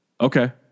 okay